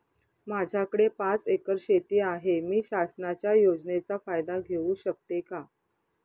माझ्याकडे पाच एकर शेती आहे, मी शासनाच्या योजनेचा फायदा घेऊ शकते का?